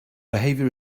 behavior